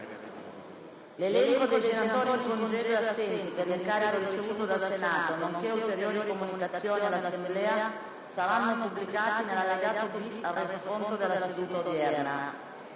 L'elenco dei senatori in congedo e assenti per incarico ricevuto dal Senato, nonché ulteriori comunicazioni all'Assemblea saranno pubblicati nell'allegato B al Resoconto della seduta odierna.